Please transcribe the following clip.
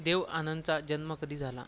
देव आनंदचा जन्म कधी झाला